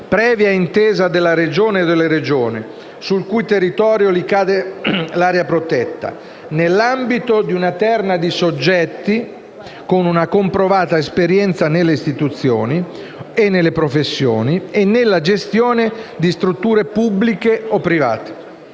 previa intesa della Regione o delle Regioni sul cui territorio ricade l’area protetta, nell’ambito di una terna di soggetti con una comprovata esperienza nelle istituzioni, nelle professioni e nella gestione di strutture pubbliche o private.